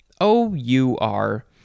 O-U-R